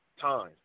time